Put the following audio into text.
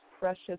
precious